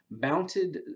mounted